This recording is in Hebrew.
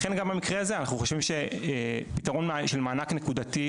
לכן גם במקרה הזה אנחנו חושבים שפתרון של מענק נקודתי